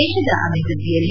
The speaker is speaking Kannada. ದೇಶದ ಅಭಿವೃದ್ದಿಯಲ್ಲಿ